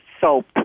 soap